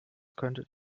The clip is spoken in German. könntet